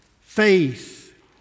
faith